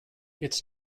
its